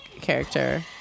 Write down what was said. character